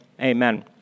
amen